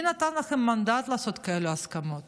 מי נתן לכם מנדט לעשות כאלה הסכמות?